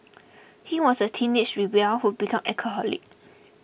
he was a teenage rebel who became alcoholic